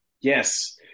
Yes